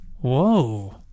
whoa